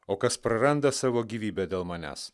o kas praranda savo gyvybę dėl manęs